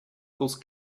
those